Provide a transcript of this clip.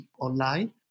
online